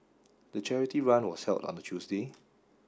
the charity run was held on a Tuesday